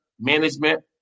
Management